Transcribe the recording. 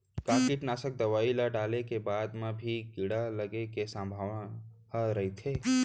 का कीटनाशक दवई ल डाले के बाद म भी कीड़ा लगे के संभावना ह रइथे?